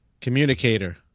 communicator